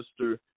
Mr